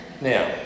Now